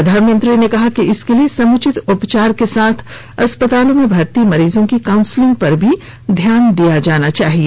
प्रधानमंत्री ने कहा कि इसके लिए समुचित उपचार के साथ अस्पतालों में भर्ती मरीजों की काउंसिलिंग पर भी ध्यान दिया जाना चाहिए